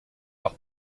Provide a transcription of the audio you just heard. par